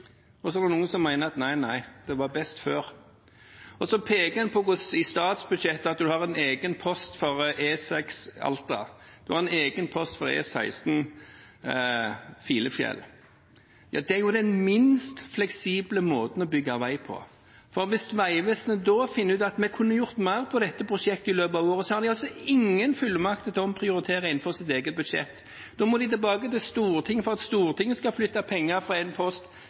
Og så er det noen som mener at nei, det var best før. Så peker en på hvordan en i statsbudsjettet har egen post for E6 Alta, en egen post for E16 Filefjell. Det er jo den minst fleksible måten å bygge vei på, for hvis Vegvesenet finner ut at de kunne gjort mer på dette prosjektet i løpet av året, har de altså ingen fullmakter til å omprioritere innenfor sitt eget budsjett. Da må de tilbake til Stortinget for at Stortinget skal flytte penger fra en post